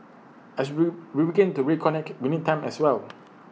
as we begin to reconnect we need time as well